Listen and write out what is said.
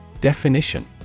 Definition